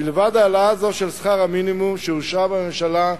מלבד העלאה זאת של שכר המינימום שאושרה בממשלה,